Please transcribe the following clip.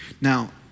Now